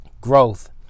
Growth